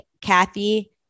Kathy